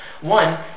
One